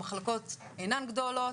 המחלוקות אינן גדולות.